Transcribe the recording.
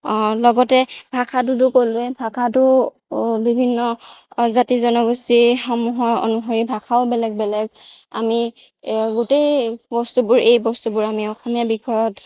লগতে ভাষাটোতো ক'লোৱেই ভাষাটো বিভিন্ন জাতি জনগোষ্ঠীসমূহৰ অনুসৰি ভাষাও বেলেগ বেলেগ আমি গোটেই বস্তুবোৰ এই বস্তুবোৰ আমি অসমীয়া বিষয়ত